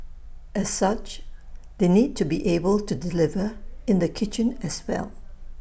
as such they need to be able to deliver in the kitchen as well